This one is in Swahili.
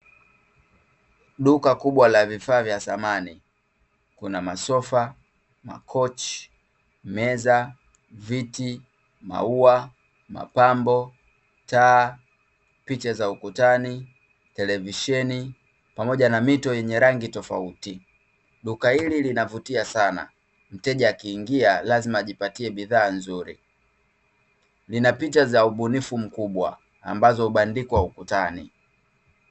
Duka kubwa la vifaa vya thamani, kuna masofa, makochi, meza viti, maua, mapambo, taa, picha za ukutani, televisheni, pamoja na mito yenye rangi tofauti. Duka hili linavutia sana mteja akiingia lazima ajipatie bidhaa nzuri, lina picha za ubunifu mkubwa ambazo hubandikwa ukutani.